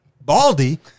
Baldy